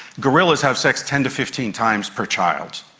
gorillas have sex ten to fifteen times per child.